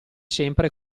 sempre